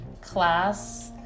class